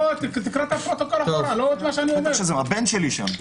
הבן שלי שם.